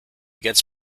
gets